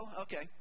Okay